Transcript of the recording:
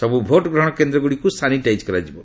ସବୁ ଭୋଟ୍ ଗ୍ରହଣ କେନ୍ଦ୍ରଗୁଡ଼ିକୁ ସାନିଟାଇଜ୍ କରାଯିବ